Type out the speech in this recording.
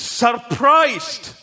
surprised